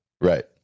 right